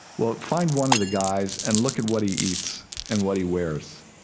well, find one of the guys and look at what he eats and what he wears.